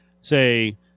say